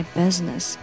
business